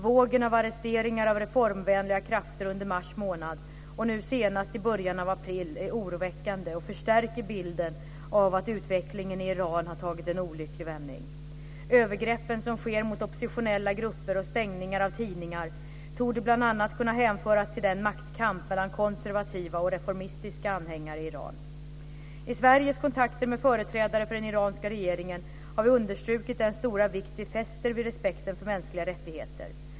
Vågen av arresteringar av reformvänliga krafter under mars månad och nu senast i början av april är oroväckande och förstärker bilden av att utvecklingen i Iran har tagit en olycklig vändning. Övergreppen som sker mot oppositionella grupper och stängningar av tidningar torde bl.a. kunna hänföras till en maktkamp mellan konservativa och reformistiska anhängare i Iran. I Sveriges kontakter med företrädare för den iranska regeringen har vi understrukit den stora vikt vi fäster vid respekten för mänskliga rättigheter.